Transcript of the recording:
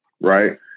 right